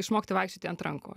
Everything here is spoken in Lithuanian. išmokti vaikščioti ant rankų